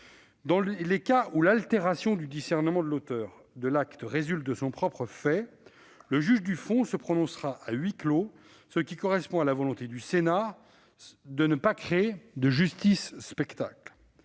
Dans les cas où l'altération du discernement de l'auteur de l'acte résulte de son propre fait, le juge du fond se prononcera à huis clos, ce qui correspond à la volonté du Sénat de ne pas créer de « justice spectacle